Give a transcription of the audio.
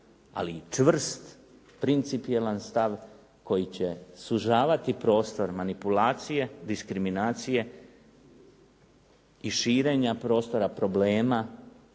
ali i čvrst principijelan stav koji će sužavati prostor manipulacije, diskriminacije i širenja prostora problema